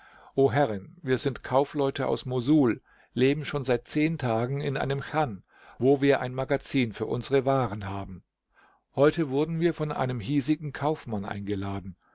o herrin wir sind kaufleute aus mosul leben schon seit zehn tagen in einem chan wo wir ein magazin für unsere waren haben heute wurden wir von einem hiesigen kaufmann eingeladen